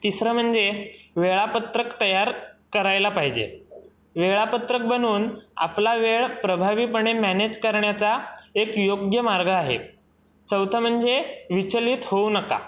तिसरं म्हणजे वेळापत्रक तयार करायला पाहिजे वेळापत्रक बनवून आपला वेळ प्रभावीपणे मॅनेज करण्याचा एक योग्य मार्ग आहे चौथं म्हणजे विचलित होऊ नका